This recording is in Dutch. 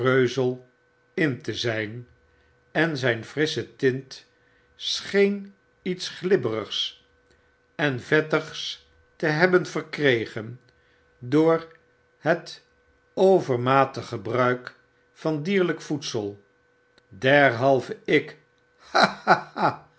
reuzel in te zyn en zyn frissche tint scheen iets glibberigs en vettigs te hebben verkregen door het overmatig gebruik van dierlyk voedsel derhalve ik